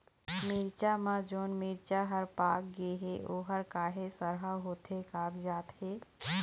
मिरचा म जोन मिरचा हर पाक गे हे ओहर काहे सरहा होथे कागजात हे?